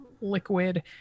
liquid